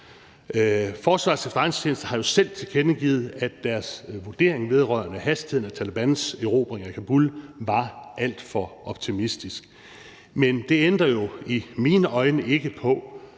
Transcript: Forsvarets Efterretningstjeneste har selv tilkendegivet, at deres vurdering vedrørende hastigheden af Talebans erobring af Kabul var alt for optimistisk. Men det ændrer i mine øjne ikke på,